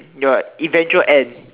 your eventual end